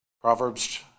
Proverbs